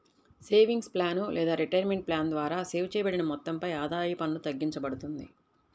savings plan లేదా retirement plan ద్వారా save చేయబడిన మొత్తంపై ఆదాయ పన్ను తగ్గింపబడుతుంది